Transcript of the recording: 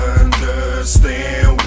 understand